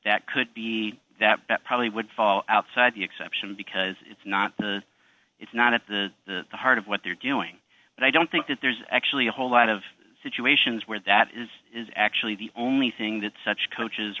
that could be that that probably would fall outside the exception because it's not it's not at the heart of what they're doing but i don't think that there's actually a whole lot of situations where that is is actually the only thing that such coaches